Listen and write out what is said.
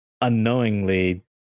unknowingly